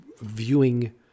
viewing